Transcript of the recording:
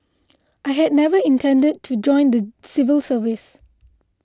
I had never intended to join the civil service